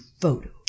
photo